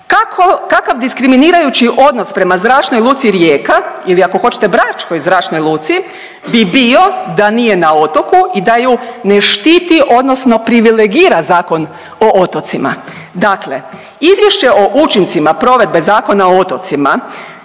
kakav diskriminirajući odnos prema Zračnoj luci Rijeka ili ako hoćete Bračkoj zračnoj luci bi bio da nije na otoku i da ju ne štiti odnosno privilegira Zakon o otocima? Dakle, izvješće o učincima provedbe Zakona o otocima